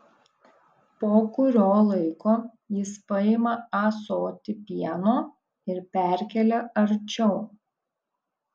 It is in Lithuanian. po kurio laiko jis paima ąsotį pieno ir perkelia arčiau